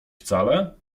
wcale